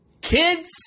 Kids